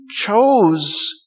chose